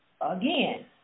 again